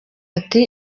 ati